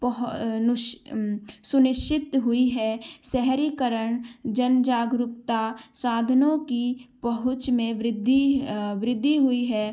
सुनिश्चित हुई है शहरीकरण जन जागरूकता साधनों की पहुँच में वृद्धि वृद्धि हुई है